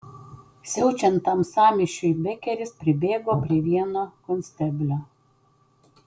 siaučiant tam sąmyšiui bekeris pribėgo prie vieno konsteblio